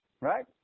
right